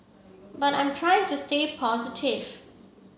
but I'm trying to stay positive